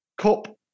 Cup